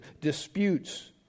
disputes